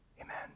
Amen